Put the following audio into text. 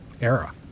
era